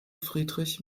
friedrich